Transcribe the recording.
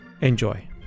Enjoy